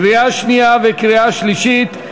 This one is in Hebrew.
לקריאה שנייה וקריאה שלישית.